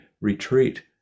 retreat